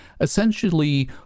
essentially